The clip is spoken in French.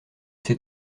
ces